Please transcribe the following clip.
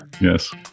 Yes